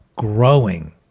growing